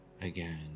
again